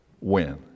win